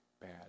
bad